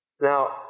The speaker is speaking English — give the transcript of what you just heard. Now